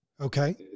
Okay